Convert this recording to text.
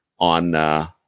on